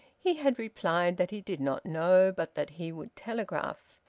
he had replied that he did not know, but that he would telegraph.